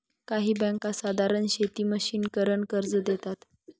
काही बँका साधारण शेती मशिनीकरन कर्ज देतात